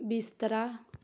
ਬਿਸਤਰਾ